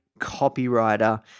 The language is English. copywriter